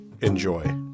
enjoy